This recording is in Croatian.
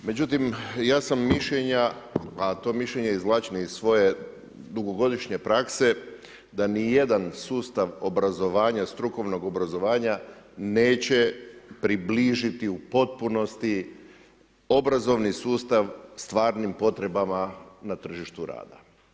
Međutim, ja sam mišljenja, a to mišljenje izvlačim iz svoje dugogodišnje prakse da ni jedan sustav obrazovanja, strukovnog obrazovanja neće približiti u potpunosti obrazovni sustav stvarnim potrebama na tržištu rada.